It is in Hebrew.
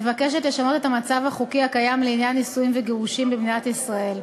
מבקשת לשנות את המצב החוקי הקיים לעניין נישואים וגירושים במדינת ישראל.